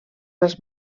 els